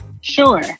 sure